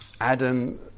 Adam